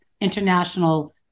international